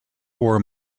four